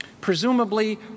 presumably